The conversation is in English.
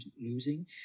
losing